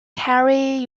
carry